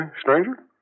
stranger